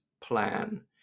plan